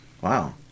Wow